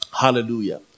Hallelujah